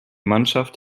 mannschaft